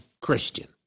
Christian